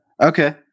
Okay